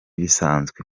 bisanzwe